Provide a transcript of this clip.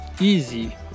easy